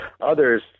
others